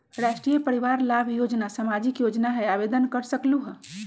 राष्ट्रीय परिवार लाभ योजना सामाजिक योजना है आवेदन कर सकलहु?